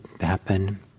happen